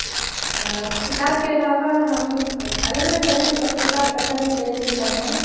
किताबके अलावा हम अलग अलग तरहके पत्रिका पसन्द करैत छियै पढ़नाइ